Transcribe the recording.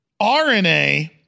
RNA